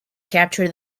captured